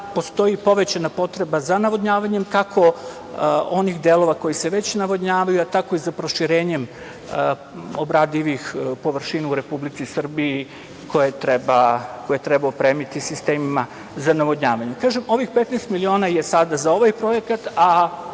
postoji povećana potreba za navodnjavanjem, kako onih delova koji se već navodnjavaju, a tako i za proširenjem obradivih površina u Republici Srbiji koje treba opremiti sistemima za navodnjavanje. Ovih 15 miliona evra je sada za ovaj projekat.